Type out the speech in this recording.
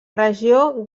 regió